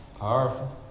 Powerful